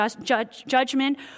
judgment